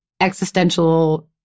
existential